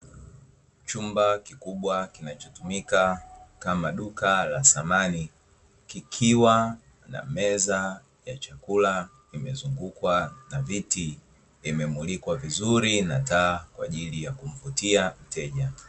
Chumba kikubwa kinachotumika kama duka la samani, kikiwa na meza ya chakula imezungukwa na viti na imemulikwa vizuri na taa kwa ajili ya kumvutia mteja.